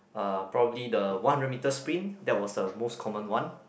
uh probably the one hundred meter sprint that was the most common one